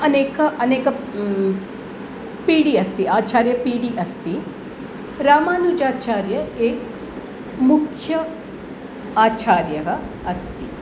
अनेक अनेक पीडी अस्ति आचार्यपीडी अस्ति रामानुजाचार्यः एकः मुख्य आचार्यः अस्ति